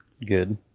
Good